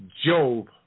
Job